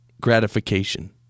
gratification